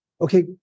Okay